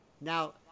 Now